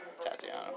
Tatiana